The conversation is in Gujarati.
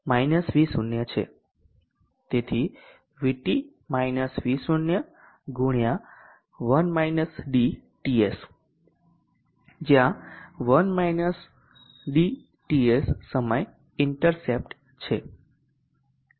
તેથી VT - V0 xTS જ્યાં TS સમય ઇન્ટરસેપ્ટ છે